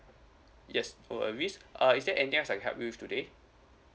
yes oh uh miss uh is there anything else I can help you today